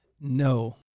No